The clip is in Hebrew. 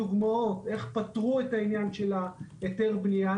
דוגמאות איך פתרו את העניין של היתר בנייה.